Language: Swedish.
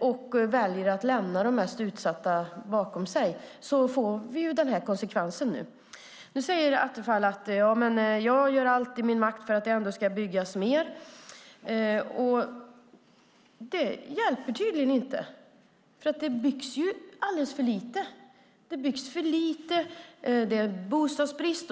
och väljer att lämna de mest utsatta bakom sig blir konsekvensen sådan. Nu säger Attefall att han gör allt i sin makt för att det ändå ska byggas mer. Det hjälper tydligen inte. Det byggs alldeles för lite. Det är bostadsbrist.